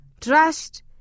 Trust